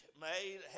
made